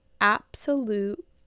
absolute